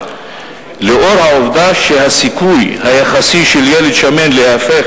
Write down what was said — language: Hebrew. לאור העובדה שהסיכוי היחסי של ילד שמן להפוך